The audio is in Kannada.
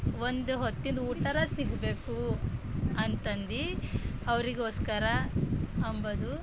ಒಂದು ಹೊತ್ತಿಂದು ಊಟಾರ ಸಿಗಬೇಕು ಅಂತಂದು ಅವರಿಗೋಸ್ಕರ ಅಂಬುದು